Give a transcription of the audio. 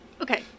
Okay